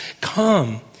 come